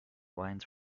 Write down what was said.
wines